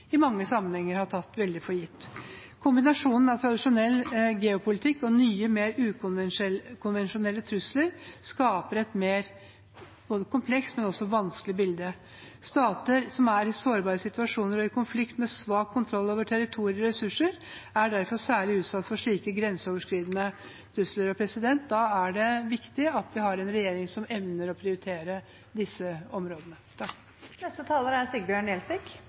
i mange sammenhenger har tatt veldig for gitt. Kombinasjonen av tradisjonell geopolitikk og nye, mer ukonvensjonelle trusler skaper et mer både komplekst og vanskelig bilde. Stater som er i sårbare situasjoner og i konflikt, med svak kontroll over territorier og ressurser, er derfor særlig utsatt for slike grenseoverskridende trusler. Da er det viktig at vi har en regjering som evner å prioritere disse områdene. Det er